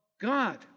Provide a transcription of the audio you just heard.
God